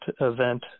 event